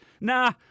Nah